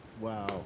Wow